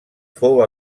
fou